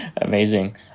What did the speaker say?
Amazing